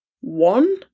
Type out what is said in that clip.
one